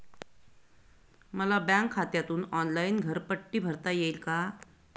मला बँक खात्यातून ऑनलाइन घरपट्टी भरता येईल का?